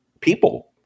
people